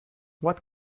what